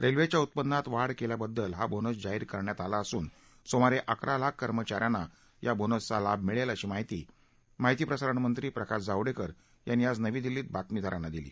रेल्वेच्या उत्पन्नात वाढ केल्याबद्दल हा बोनस जाहीर करण्यात आला असून सूमारे अकरा लाख कर्मचाऱ्यांना या बोनसचा लाभ मिळेल अशी माहिती माहिती प्रसारण मंत्री प्रकाश जावडेकर यांनी आज नवी दिल्लीत बातमीदारांना दिली